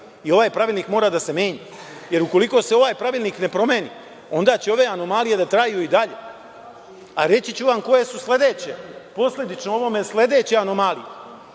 i ovaj Pravilnik mora da se menja, jer ukoliko se ovaj Pravilnik ne promeni, onda će ove anomalije da traju i dalje. Reći ću vam koje su sledeće, posledične ovome sledeće anomalije.